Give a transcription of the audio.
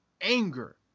anger